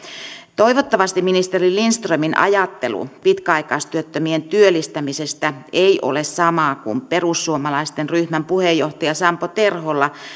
toivottavasti ministeri lindströmin ajattelu pitkäaikaistyöttömien työllistämisestä ei ole sama kuin perussuomalaisten ryhmän puheenjohtaja sampo terholla